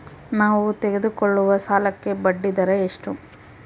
ನಾವು ತೆಗೆದುಕೊಳ್ಳುವ ಸಾಲಕ್ಕೆ ಬಡ್ಡಿದರ ಎಷ್ಟು?